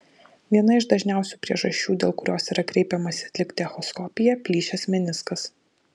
viena iš dažniausių priežasčių dėl kurios yra kreipiamasi atlikti echoskopiją plyšęs meniskas